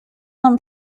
nam